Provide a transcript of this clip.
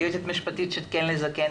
יועצת משפטית של "כן לזקן".